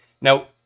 Now